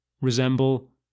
resemble